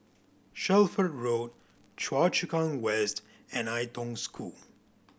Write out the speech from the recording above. Shelford Road Choa Chu Kang West and Ai Tong School